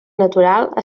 natural